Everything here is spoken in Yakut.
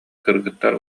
кыргыттар